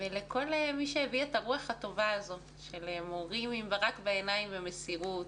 ולכל מי שהביא את הרוח הטובה הזאת של מורים עם ברק בעיניים ומסירות,